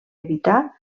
evitar